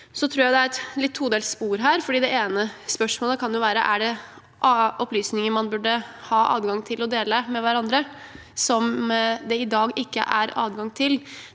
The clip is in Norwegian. Jeg tror det er et todelt spor her, for et spørsmål kan være: Er det opplysninger man burde ha adgang til å dele med hverandre som det i dag ikke er adgang til?